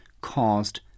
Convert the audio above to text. caused